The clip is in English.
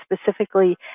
specifically